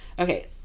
Okay